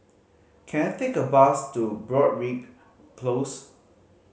can I take a bus to Broadrick Close